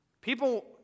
people